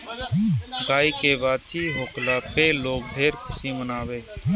गाई के बाछी होखला पे लोग ढेर खुशी मनावत हवे